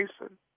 Jason